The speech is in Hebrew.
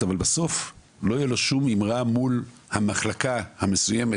אבל בסוף לא יהיה לו שום אימרה מול המחלקה המסוימת,